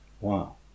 Wow